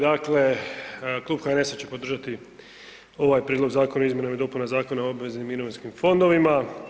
Dakle, klub HNS-a će podržati ovaj Prijedlog zakona o izmjenama i dopunama Zakona o obveznim mirovinskim fondovima.